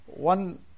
one